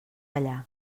allà